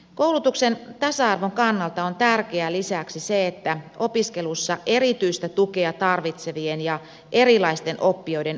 koulutuksen tasa arvon kannalta on tärkeää lisäksi se että opiskelussa erityistä tukea tarvitsevien ja erilaisten oppijoiden opiskelumahdollisuudet turvataan